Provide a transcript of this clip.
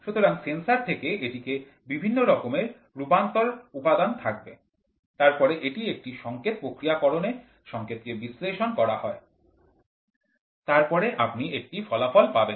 সুতরাং সেন্সর থেকে এটিতে বিভিন্ন রকমে রূপান্তরের উপাদান থাকবে তারপরে একটি সংকেত প্রক্রিয়াকরণে সংকেতকে বিশ্লেষণ করা হয় তারপরে আপনি একটি ফলাফল পাবেন